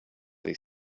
they